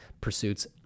pursuits